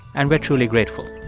and we're truly grateful